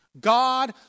God